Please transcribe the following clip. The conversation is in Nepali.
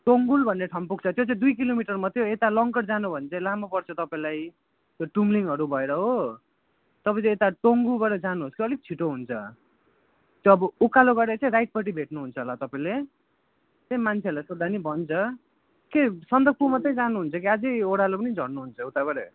टोङगुल भन्ने ठाउँ पुग्छ त्यो चाहिँ दुई किलोमिटर मात्रै हो यता लङ्गकट जानु हो भने चाहिँ लामो पर्छ तपाईँलाई त्यो टुम्लिङहरू भएर हो तपाईँ चाहिँ यहाँ टोङगुल भएर जानुहोस् कि अलिक छिटो हुन्छ त्यो अब उकालो गएर चाहिँ राइटपट्टि भेट्नुहुन्छ होला तपाईँले त्यहीँ मान्छेहरूलाई सोध्दा पनि भन्छ के सन्दकफू मात्रै जानुहुन्छ कि अझै ओह्रालो पनि झर्नुहुन्छ उताबाट